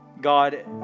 God